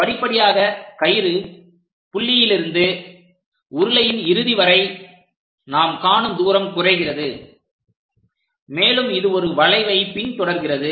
படிப்படியாக கயிறு புள்ளியிலிருந்து உருளையின் இறுதி வரை நாம் காணும் தூரம் குறைகிறது மேலும் இது ஒரு வளைவை பின்தொடர்கிறது